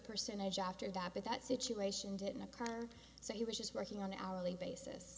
percentage after that but that situation didn't occur so he was just working on an hourly basis